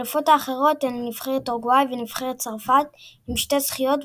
האלופות האחרות הן נבחרת אורוגוואי ונבחרת צרפת עם שתי זכיות,